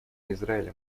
израиля